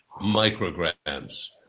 micrograms